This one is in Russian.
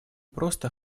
просто